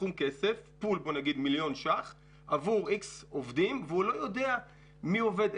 סכום כסף עבור כמות עובדים והם לא יודעים מי עובד,